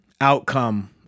outcome